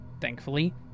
Thankfully